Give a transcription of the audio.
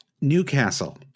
Newcastle